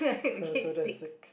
so there's six